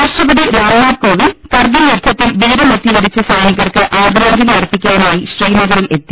രാഷ്ട്രപതി രാംനാഥ് കോവിന്ദ് കർഗിൽ യുദ്ധത്തിൽ വീര മൃത്യു വരിച്ച സൈനികർക്ക് ആദരാജ്ഞലി അർപ്പിക്കാനായി ശ്രീനഗറിൽ എത്തി